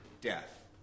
death